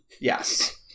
Yes